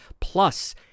plus